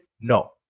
No